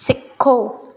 सिखो